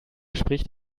spricht